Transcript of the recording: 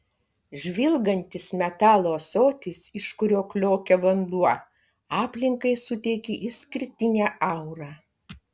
žvilgantis metalo ąsotis iš kurio kliokia vanduo aplinkai suteikia išskirtinę aurą